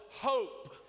hope